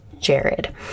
jared